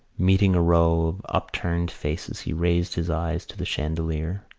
meeting a row of upturned faces he raised his eyes to the chandelier.